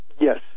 Yes